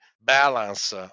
balance